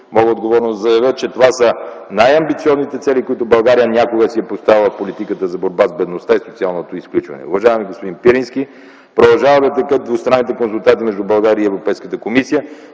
Мога отговорно да заявя, че това са най-амбициозните цели, които България някога си е поставяла в политиката за борба с бедността и социалното изключване. Уважаеми господин Пирински, продължават да текат двустранните консултации между България и Европейската комисия.